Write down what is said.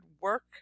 work